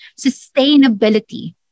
sustainability